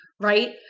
right